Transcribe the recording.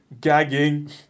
gagging